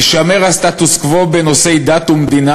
"יישמר הסטטוס-קוו בנושאי דת ומדינה